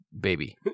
baby